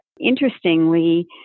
interestingly